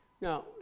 Now